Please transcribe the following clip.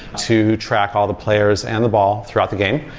to track all the players and the ball throughout the game.